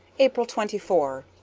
april twenty four.